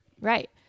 Right